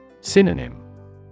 Synonym